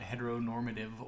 heteronormative